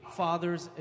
fathers